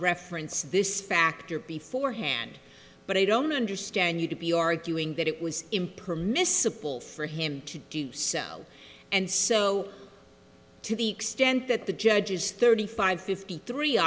reference this factor before hand but i don't understand you to be arguing that it was improper misapply for him to do so so and to the extent that the judge's thirty five fifty three